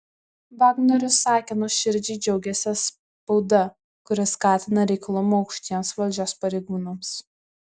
vagnorius sakė nuoširdžiai džiaugiąsis spauda kuri skatina reiklumą aukštiems valdžios pareigūnams